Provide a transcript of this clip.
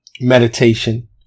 meditation